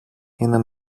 είναι